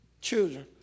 children